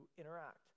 interact